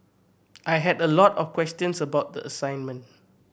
I had a lot of questions about the assignment